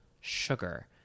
sugar